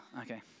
okay